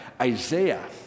Isaiah